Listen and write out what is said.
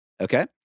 okay